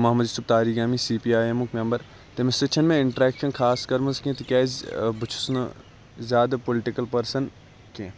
Mohammad Yusuf Tarigami C P I ایٚمُک member تٔمس سۭتۍ چھَنہ مےٚ اِنٹریٚکشَن خاص کٔرمٕژ کینٛہہ تکیاز بہٕ چھُس نہٕ زیادٕ پُلٹِکَل پٔرسَن کینٛہہ